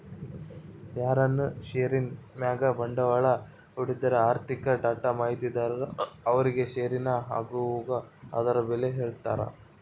ಯಾರನ ಷೇರಿನ್ ಮ್ಯಾಗ ಬಂಡ್ವಾಳ ಹೂಡಿದ್ರ ಆರ್ಥಿಕ ಡೇಟಾ ಮಾಹಿತಿದಾರರು ಅವ್ರುಗೆ ಷೇರಿನ ಆಗುಹೋಗು ಅದುರ್ ಬೆಲೇನ ಹೇಳ್ತಾರ